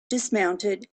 dismounted